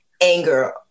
anger